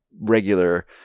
regular